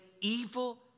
evil